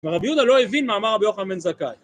רבי יהודה לא הבין מה אמר רבי יוחנן בן זכאי